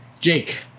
Jake